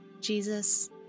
Jesus